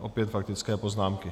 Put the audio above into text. Opět faktické poznámky.